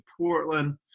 Portland